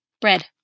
Bread